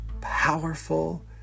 powerful